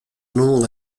nom